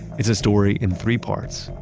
it's a story in three parts,